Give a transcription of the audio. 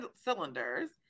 cylinders